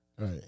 Right